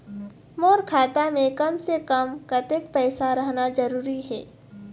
मोर खाता मे कम से से कम कतेक पैसा रहना जरूरी हे?